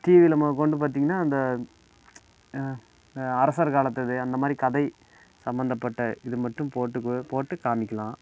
டிவியில் மொதல் கொண்டு பார்த்தீங்கனா இந்த அரசர் காலத்து இது அந்த மாதிரி கதை சம்பந்தப்பட்ட இது மட்டும் போட்டு கூ போட்டு காமிக்கலாம்